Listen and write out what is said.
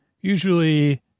Usually